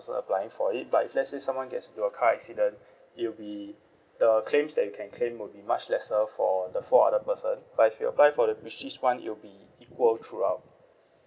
person applying for it but if let's say someone gets into a car accident it'll be the claims that you can claim will be much lesser for the four other person but if you apply for the prestige one it'll be equal throughout